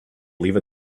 believe